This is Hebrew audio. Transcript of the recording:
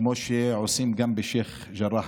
כמו שעושים גם בשייח' ג'ראח,